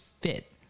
fit